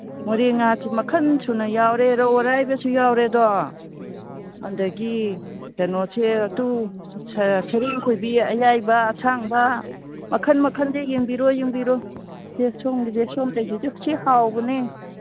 ꯃꯣꯔꯦ ꯉꯥꯁꯤ ꯃꯈꯟ ꯁꯨꯅ ꯌꯥꯎꯔꯦ ꯔꯧ ꯑꯌꯥꯏꯕꯁꯨ ꯌꯥꯎꯔꯦꯗꯣ ꯑꯗꯒꯤ ꯀꯩꯅꯣꯁꯦ ꯇꯨ ꯁꯔꯤꯡꯈꯣꯏꯕꯤ ꯑꯌꯥꯏꯕ ꯑꯁꯥꯡꯕ ꯃꯈꯟ ꯃꯈꯟꯁꯤ ꯌꯦꯡꯕꯤꯔꯣ ꯌꯦꯡꯕꯤꯔꯣ ꯁꯦ ꯁꯣꯝꯒꯤꯁꯦ ꯁꯣꯝꯗꯩꯁꯦ ꯇꯨ ꯁꯤ ꯍꯥꯎꯕꯅꯦ